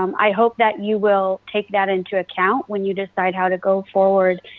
um i hope that you will take that into account when you decide how to go forward,